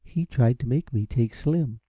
he tried to make me take slim.